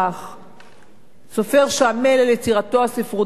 סופר שעמל על יצירתו הספרותית במשך שנים,